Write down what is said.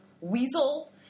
weasel